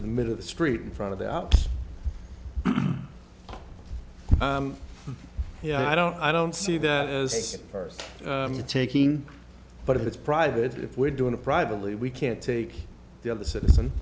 to the middle of the street in front of the out yeah i don't i don't see that as first taking but if it's private if we're doing it privately we can't take the other citizen